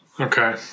Okay